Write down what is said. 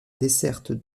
desserte